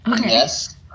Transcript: Yes